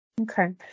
Okay